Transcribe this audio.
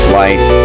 life